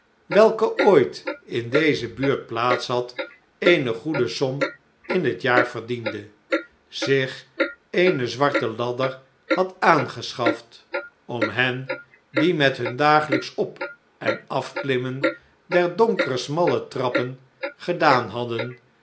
welke ooit in deze buurt plaats had eene goede som in het jaar verdiende zich eene zwarte ladder had aangeschaft om hen die met nun dagelijks op en afklimmen der donkere smalle trappen gedaan hadden